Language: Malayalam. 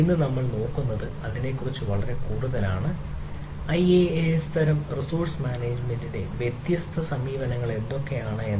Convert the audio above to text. ഇന്ന് നമ്മൾ നോക്കുന്നത് അതിനെക്കുറിച്ച് കൂടുതലാണ് IaaS തരം റിസോഴ്സ് മാനേജ്മെന്റിന്റെ വ്യത്യസ്ത സമീപനങ്ങൾ എന്തൊക്കെയാണ് എന്ന്